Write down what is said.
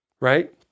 right